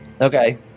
okay